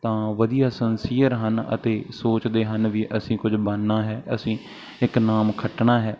ਤਾਂ ਉਹ ਬਹੁਤ ਵਧੀਆ ਸੰਸੀਅਰ ਹਨ ਅਤੇ ਸੋਚਦੇ ਹਨ ਵੀ ਅਸੀਂ ਕੁਝ ਬਣਨਾ ਹੈ ਅਸੀਂ ਇੱਕ ਨਾਮ ਖੱਟਣਾ ਹੈ